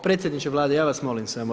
Predsjedniče Vlade, ja vas molim samo.